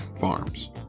farms